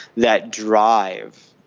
that drive,